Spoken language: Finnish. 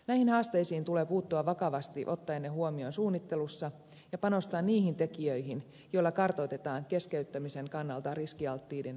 näihin haasteisiin tulee puuttua vakavasti ottaen ne huomioon suunnittelussa ja panostaen niihin tekijöihin joilla kartoitetaan keskeyttämisen kannalta riskialttiiden varusmiesten tilaa